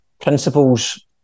principles